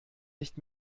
nicht